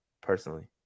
personally